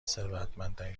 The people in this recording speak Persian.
ثروتمندترین